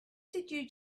did